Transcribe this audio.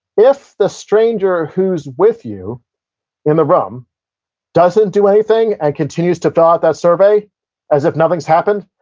if the stranger who's with you in the room doesn't do anything and continues to fill out that survey as if nothing's happened,